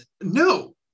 No